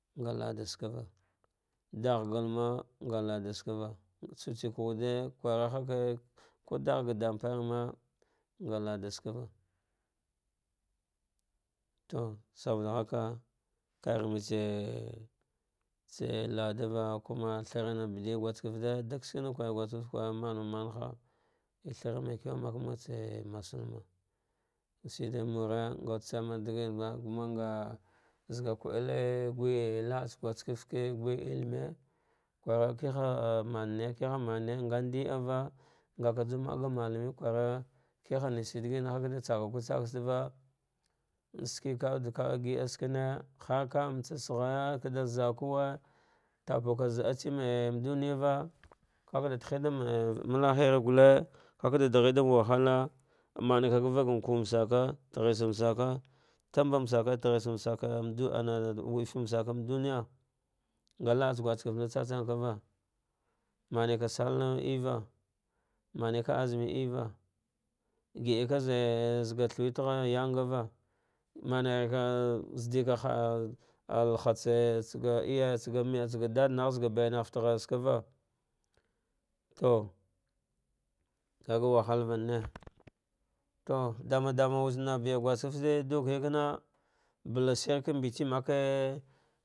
Nga laɗaskava, ɗagh gakma nga ladatsava tsutseka wuɗe kwa ɗagh gnɗa ɗambarama nga ladatatsavva to saboɗahaka, varametse tse ladava kuma throma baɗil guskefte duk shikina kwari guskeft kwara manmemtra, thra maikaku make murts a masalma shriɗe mure nga wude tsana digi nava kuma nnga zahga viwa eleguya la atsa guskefte gui ilime kwara kiha ali mane kiha mane nga ndi ag v, nghaka jawa make maleme va ndiava kihana tsa ɗagima kaɗa tsavakutsu wuɗeva, sve kawuɗ kagiɗai skene harka mtsa saghaya kada zakuwe jabuva zaatsama ɗuniyava kakada tihe ɗam lahira sulter vavada dighe ɗam wahallah, maneva gavage teghish masaka, nkusu masaka, tamba masaka, lieghishmasnva, wude fmabaka ma duniya nga laa isa guskefle na tsam tsamkava manevva salaname eyva maneva aziminma eyua gajava zegh thawethagha yan sava menva zaɗiva ah lahatsa iyayatsak ga ɗaɗa nagh zahga baina fata vagha tsakavato keg wahalvane to ɗamdare wudena birr guske fte chikiya kana bala shirva mbetse me ke.